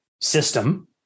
system